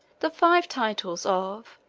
the five titles of,